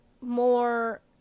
more